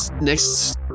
next